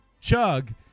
chug